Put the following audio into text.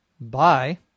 Bye